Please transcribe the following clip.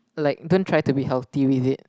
like don't try to be healthy with it